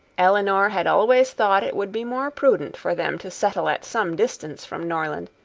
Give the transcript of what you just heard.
elinor had always thought it would be more prudent for them to settle at some distance from norland,